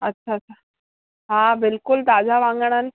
अच्छा छा हा बिल्कुलु ताज़ा वाङण आहिनि